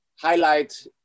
highlight